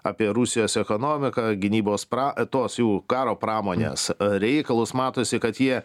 apie rusijos ekonomiką gynybos pra tos jų karo pramonės reikalus matosi kad jie